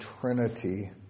Trinity